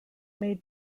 may